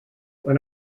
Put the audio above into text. when